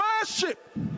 worship